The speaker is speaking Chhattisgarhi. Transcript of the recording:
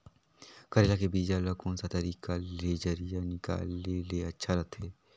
करेला के बीजा ला कोन सा तरीका ले जरिया निकाले ले अच्छा रथे?